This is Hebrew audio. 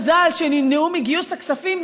מזל שנמנעו מגיוס הכספים,